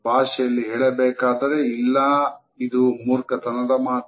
ಭಾಷೆಯಲ್ಲಿ ಹೇಳಬೇಕಾದರೆ " ಇಲ್ಲ ಇದು ಮೂರ್ಖತನದ ಮಾತು